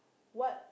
what